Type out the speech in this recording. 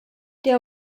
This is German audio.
der